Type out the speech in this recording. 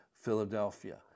Philadelphia